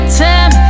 time